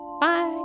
Bye